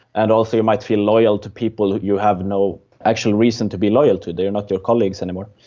and also you might feel loyal to people you have no actual reason to be loyal to, they are not your colleagues anymore.